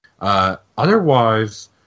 Otherwise